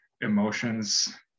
emotions